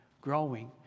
growing